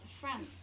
France